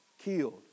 killed